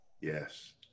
yes